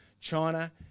China